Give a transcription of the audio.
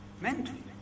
mentally